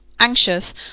anxious